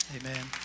Amen